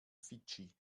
fidschi